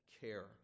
care